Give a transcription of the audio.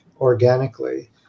organically